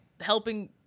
helping